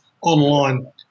online